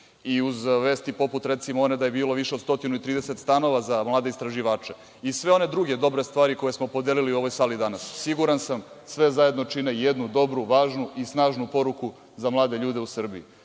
I uz vesti, poput one, da je bilo više od 130 stanova za mlade istraživače. Sve one druge dobre stvari koje smo podelili u ovoj sali danas, siguran sam, sve zajedno čine jednu dobru, važnu i snažnu poruku za mlade ljude u Srbiji.